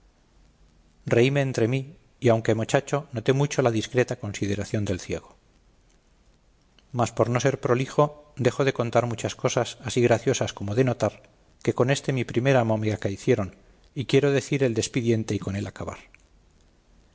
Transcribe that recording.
reíme entre mí y aunque mochacho noté mucho la discreta consideración del ciego mas por no ser prolijo dejo de contar muchas cosas así graciosas como de notar que con este mi primer amo me acaecieron y quiero decir el despidiente y con él acabar